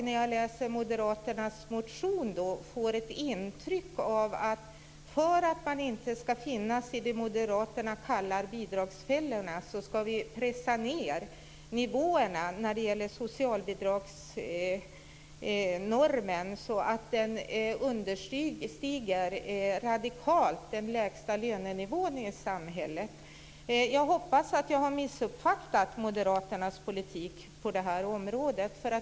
När jag läser Moderaternas motion får jag ett intryck av att vi för att man inte ska hamna i det som Moderaterna kallar bidragsfällorna ska pressa ned nivåerna i socialbidragsnormen så att denna radikalt understiger den lägsta lönenivån i ett samhälle. Jag hoppas att jag har missuppfattat Moderaternas politik på det här området.